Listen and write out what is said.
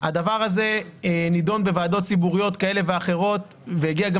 הדבר הזה נדון בוועדות ציבוריות כאלה ואחרות והגיע גם